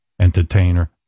entertainer